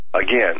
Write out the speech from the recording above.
Again